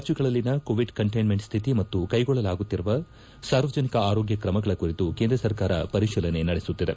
ರಾಜ್ಞಗಳಲ್ಲಿನ covid containment ಸ್ವಿತಿ ಮತ್ತು ಕ್ಲೆಗೊಳ್ಳಲಾಗುತ್ತಿರುವ ಸಾರ್ವಜನಿಕ ಆರೋಗ್ಯ ಕ್ರಮಗಳ ಕುರಿತು ಕೇಂದ್ರ ಸರ್ಕಾರ ಪರಿಶೀಲನೆ ನಡೆಸುತ್ತಿದೆ